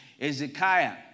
Ezekiah